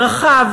ורחב,